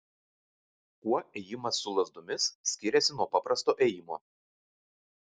kuo ėjimas su lazdomis skiriasi nuo paprasto ėjimo